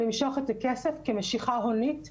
למשוך את הכסף כמשיכה הונית מוקדמת.